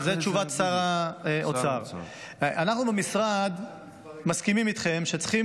אחרי זה --- אנחנו במשרד מסכימים איתכם שצריכים